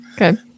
Okay